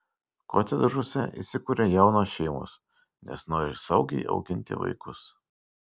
kotedžuose įsikuria jaunos šeimos nes nori saugiai auginti vaikus